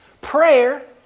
Prayer